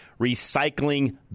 recycling